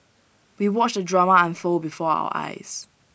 we watched the drama unfold before our eyes